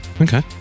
Okay